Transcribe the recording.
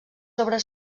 obres